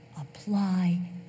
apply